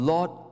Lord